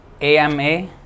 AMA